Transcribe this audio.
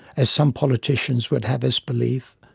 as some politicians would have us believe,